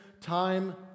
time